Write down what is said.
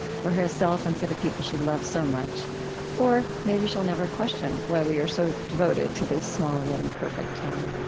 for herself and for the people she loves so much or, maybe she'll never question why we are so devoted to this small, yet imperfect town.